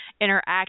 interact